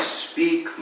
speak